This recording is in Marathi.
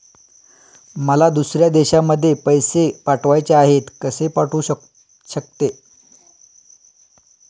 मला दुसऱ्या देशामध्ये पैसे पाठवायचे आहेत कसे पाठवू शकते?